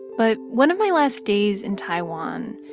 but one of my last days in taiwan,